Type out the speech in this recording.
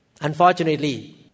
Unfortunately